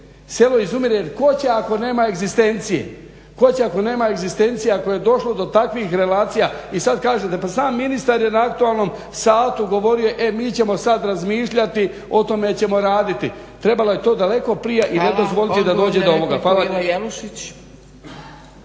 selo izumire jer tko će ako nema egzistencije, ako je došlo do takvih relacija. I sad kažete, pa sam ministar je na aktualnom satu govorio e mi ćemo sad razmišljati i po tome ćemo raditi. Trebalo je to daleko prije i ne dozvoliti da dođe do ovoga.